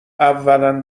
اولا